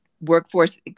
workforce